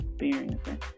experiencing